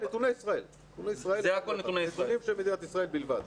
נתונים של מדינת ישראל בלבד.